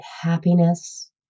happiness